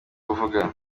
buvuga